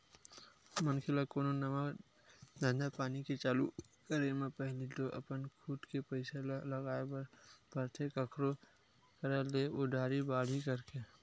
मनखे ल कोनो नवा धंधापानी के चालू करे म पहिली तो अपन खुद के पइसा ल लगाय बर परथे कखरो करा ले उधारी बाड़ही करके